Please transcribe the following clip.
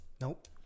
Nope